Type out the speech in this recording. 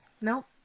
Nope